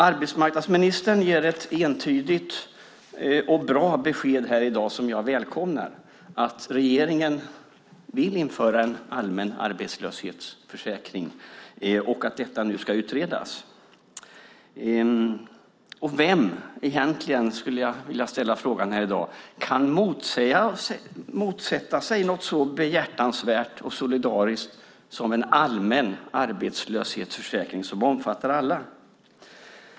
Arbetsmarknadsministern ger ett entydigt och bra besked här i dag som jag välkomnar - att regeringen vill införa en allmän arbetslöshetsförsäkring och att detta nu ska utredas. Jag skulle vilja ställa frågan här i dag: Vem kan egentligen motsätta sig något så behjärtansvärt och solidariskt som en allmän arbetslöshetsförsäkring som omfattar alla?